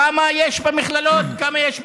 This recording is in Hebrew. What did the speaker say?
כמה יש במכללות,